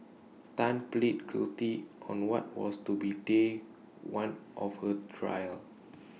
Tan pleaded guilty on what was to be day one of her trial